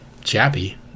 Chappy